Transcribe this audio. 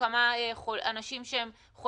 להפנות אנשים,